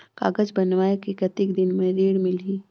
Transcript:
कागज बनवाय के कतेक दिन मे ऋण मिलही?